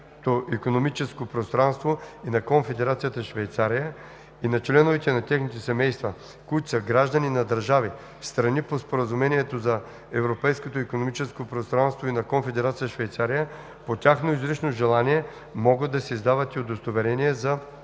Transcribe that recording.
икономическо пространство и на Конфедерация Швейцария, и на членовете на техните семейства, които са граждани на държави – страни по Споразумението за Европейското икономическо пространство и на Конфедерация Швейцария, по тяхно изрично желание могат да се издават и удостоверения за